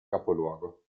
capoluogo